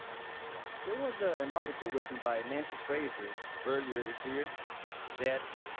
there was ah an article written by nancy fraser earlier this year that,